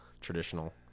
traditional